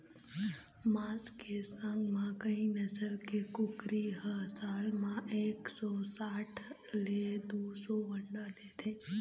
मांस के संग म कइ नसल के कुकरी ह साल म एक सौ साठ ले दू सौ अंडा देथे